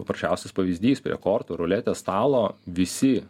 paprasčiausias pavyzdys prie kortų ruletės stalo visi